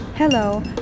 Hello